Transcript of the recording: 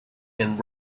and